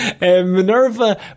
Minerva